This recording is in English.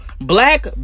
Black